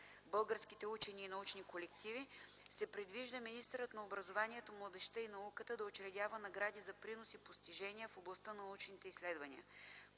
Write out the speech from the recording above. българските учени и научни колективи се предвижда министърът на образованието, младежта и науката да учредява награди за принос и постижение в областта на научните изследвания.